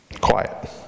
quiet